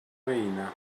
veïna